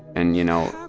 and, you know,